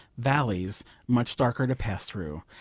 valleys much darker to pass through.